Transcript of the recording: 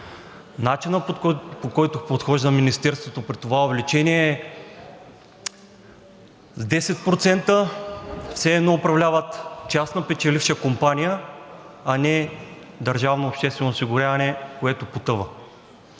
Начинът, по който подхожда Министерството при това увеличение, е с 10% – все едно управляват частна печеливша компания, а не държавно обществено осигуряване, което потъва.